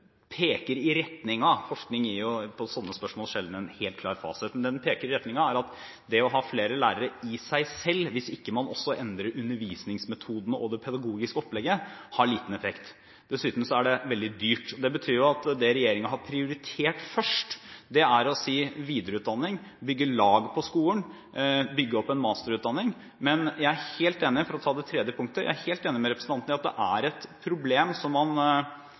peker i retning av – forskning gir på sånne spørsmål sjelden en helt klar fasit – er at det å ha flere lærere i seg selv har liten effekt, hvis ikke man også endrer undervisningsmetodene og det pedagogiske opplegget. Dessuten er det veldig dyrt. Det betyr at det regjeringen har prioritert først, er å si at videreutdanning bygger lag på skolen – å bygge opp en masterutdanning. Men jeg er – for å ta det tredje punktet – helt enig med representanten i at det er et problem som